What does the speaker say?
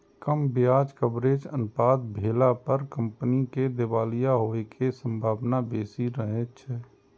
कम ब्याज कवरेज अनुपात भेला पर कंपनी के दिवालिया होइ के संभावना बेसी रहै छै